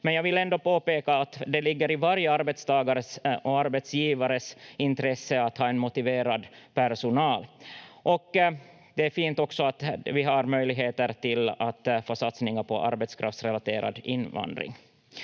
men jag vill ändå påpeka att det ligger i varje arbetstagares och arbetsgivares intresse att ha en motiverad personal. Det är också fint att vi har möjligheter till att få satsningar på arbetskraftsrelaterad invandring.